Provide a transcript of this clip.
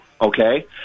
okay